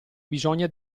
bisogna